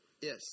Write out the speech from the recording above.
Yes